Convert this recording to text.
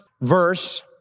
verse